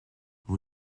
vous